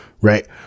right